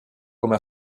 come